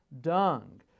dung